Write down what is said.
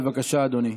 בבקשה, אדוני.